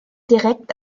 direkt